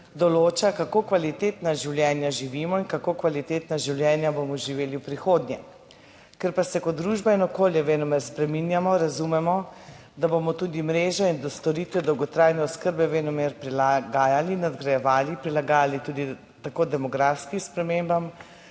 določala, kako kvalitetna življenja živimo in kako kvalitetna življenja bomo živeli v prihodnje. Ker pa se kot družba in okolje venomer spreminjamo, razumemo, da bomo tudi mrežo in storitev dolgotrajne oskrbe venomer prilagajali, nadgrajevali, prilagajali tako demografskim spremembam,